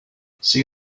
see